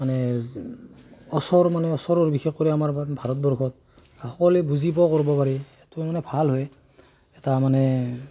মানে ওচৰ মানে ওচৰৰ বিশেষকৈ আমাৰ ভাৰতবৰ্ষত সকলোৱে বুজি পোৱা কৰিব পাৰি সেইটো মানে ভাল হয় এটা মানে